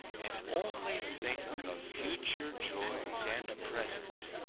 and only think of future joys and present,